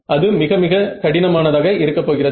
அது மிக மிக கடினமானதாக இருக்க போகிறது